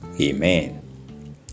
Amen